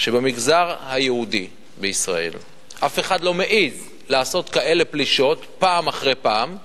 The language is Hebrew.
שבמגזר היהודי בישראל אף אחד לא מעז לעשות כאלה פלישות פעם אחר פעם,